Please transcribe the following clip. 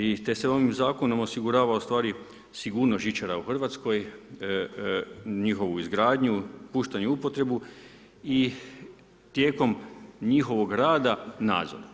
I te se ovim zakonom osigurava ustvari sigurnost žičara u Hrvatskoj, njihovu izgradnju, puštanje u upotrebu i tijekom njihovog rada nadzor.